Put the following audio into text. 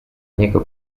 niego